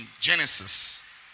Genesis